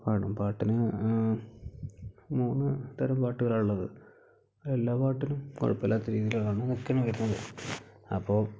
പാടും പാട്ടിന് മൂന്ന് തരം പാട്ടുകളാണ് ഉള്ളത് നല്ല പാട്ടിൽ കുഴപ്പയില്ലാത്ത രീതിയിലാണ് മിക്കതും വരുന്നത് അപ്പോൾ